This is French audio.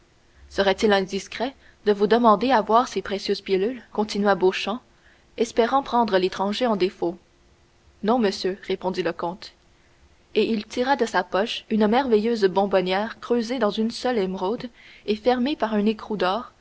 serait-il indiscret de vous demander à voir ces précieuses pilules continua beauchamp espérant prendre l'étranger en défaut non monsieur répondit le comte et il tira de sa poche une merveilleuse bonbonnière creusée dans une seule émeraude et fermée par un écrou d'or